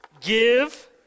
Give